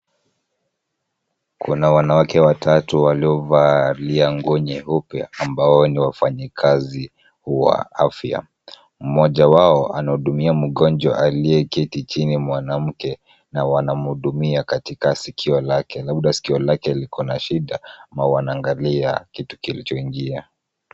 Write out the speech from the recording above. Kuna wanawake watatu waliovalia nguo nyeupe ambao ni wafanyikazi wa afya. Mmoja wao anahudumia mgonjwa aliyeketi chini mwanamke na wanamuhudumia katika sikio lake, labda sikio lake liko na shida ama wanaangalia kitu kilichoingia.